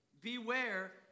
beware